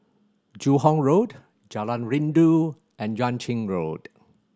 Joo Hong Road Jalan Rindu and Yuan Ching Road